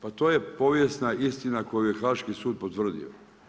Pa to je povijesna istina koju je Haški sud potvrdio.